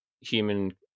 human